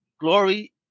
Glory